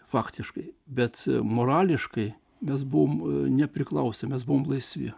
faktiškai bet morališkai mes buvom nepriklausę mes buvom laisvi